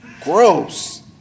gross